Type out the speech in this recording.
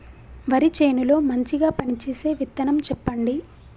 వరి చేను లో మంచిగా పనిచేసే విత్తనం చెప్పండి?